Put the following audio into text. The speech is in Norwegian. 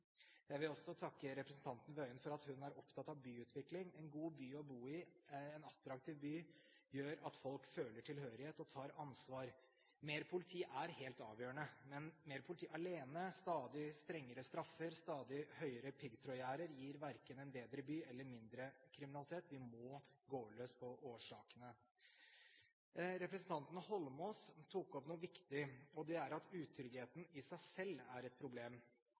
Jeg vil også takke representanten Tingelstad Wøien for at hun er opptatt av byutvikling. En god og attraktiv by å bo i gjør at folk føler tilhørighet og tar ansvar. Mer politi er helt avgjørende, men mer politi alene, stadig strengere straffer og stadig høyere piggtrådgjerder gir verken en bedre by eller mindre kriminalitet. Vi må gå løs på årsakene. Representanten Holmås tok opp noe viktig, og det er at utryggheten i seg selv er et problem.